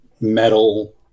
metal